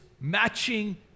matching